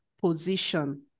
position